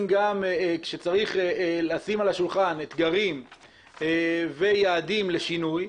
כשצריך לשים על השולחן אתגרים ויעדים לשינוי,